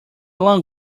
long